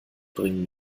bringen